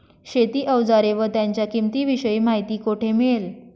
शेती औजारे व त्यांच्या किंमतीविषयी माहिती कोठे मिळेल?